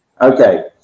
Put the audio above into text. Okay